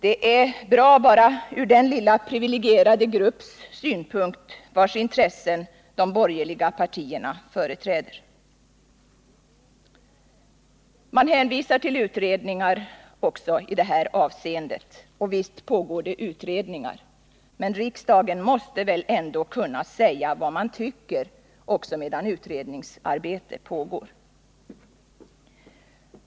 Det är bra bara från den lilla privilegierade grupps synpunkt, vars intressen de borgerliga partierna företräder. Man hänvisar till utredningar också i detta avseende. Och visst pågår det utredningar. Men riksdagen måste väl ändå kunna säga vad man tycker, också medan utredningsarbete pågår.